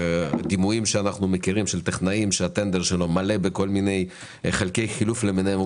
והדימויים שאנו מכירים של טכנאים שהטנדר שלו מלא בחלקי חילוף למיניהם,